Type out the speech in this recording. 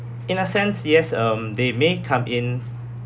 in a sense yes um they may come in